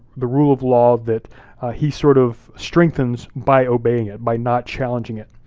the rule of law, that he sort of strengthens by obeying it, by not challenging it.